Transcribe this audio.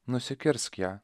nusikirsk ją